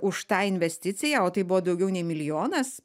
už tą investiciją o tai buvo daugiau nei milijonas